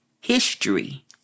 history